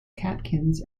catkins